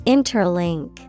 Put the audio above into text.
Interlink